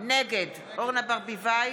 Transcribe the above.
נגד קרן ברק,